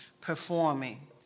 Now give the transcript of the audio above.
performing